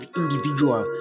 individual